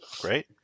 Great